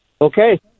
okay